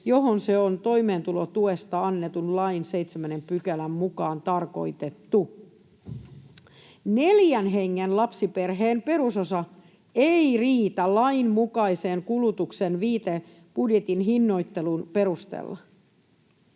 johon se on toimeentulotuesta annetun lain 7 §:n mukaan tarkoitettu. Neljän hengen lapsiperheen perusosa ei riitä lainmukaiseen kulutukseen viitebudjetin hinnoittelun perustella.